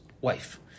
wife